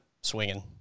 swinging